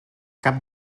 cap